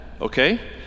okay